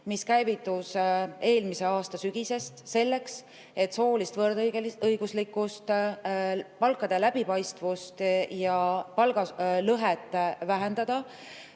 mis käivitus eelmise aasta sügisel selleks, et soolist võrdõiguslikkust, palkade läbipaistvust ja palgalõhet vähendada.